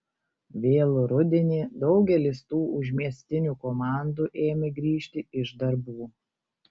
vėlų rudenį daugelis tų užmiestinių komandų ėmė grįžti iš darbų